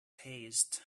tastes